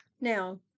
Now